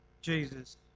Jesus